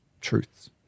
truths